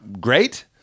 great